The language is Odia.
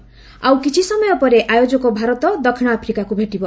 ଆଉ କିଛି ସମୟ ପରେ ଆୟୋଜକ ଭାରତ ଦକିଶ ଆଫ୍ରିକାକୁ ଭେଟିବ